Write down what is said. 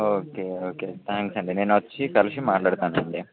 okay okay thanks అండి నేను వచ్చి కలిసి మాట్లాడుతాను అండి